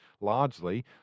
largely